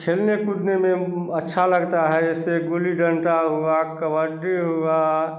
खेलने कूदने में अच्छा लगता है से गिल्ली डंडा हुआ कबड्डी हुआ